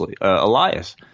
Elias